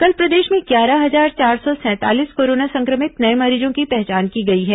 कल प्रदेश में ग्यारह हजार चार सौ सैंतालीस कोरोना संक्रमित नये मरीजों की पहचान की गई है